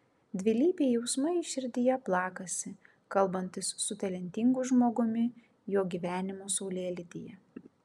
dvilypiai jausmai širdyje plakasi kalbantis su talentingu žmogumi jo gyvenimo saulėlydyje